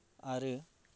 आरो